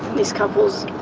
this couple,